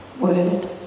Word